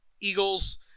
Eagles